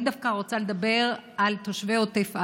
אני דווקא רוצה לדבר על תושבי עוטף עזה.